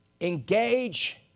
Engage